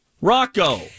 Rocco